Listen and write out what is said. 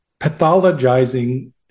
pathologizing